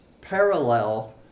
parallel